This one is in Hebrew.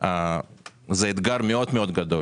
זאת לא רשלנות.